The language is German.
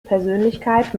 persönlichkeit